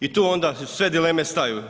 I tu onda sve dileme staju.